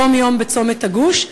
יום-יום בצומת הגוש,